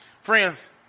Friends